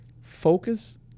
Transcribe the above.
Focus